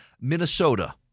Minnesota